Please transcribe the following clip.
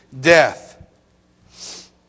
death